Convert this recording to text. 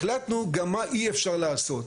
החלטנו גם מה אי אפשר לעשות.